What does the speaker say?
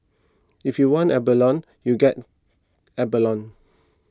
if you want abalone you get abalone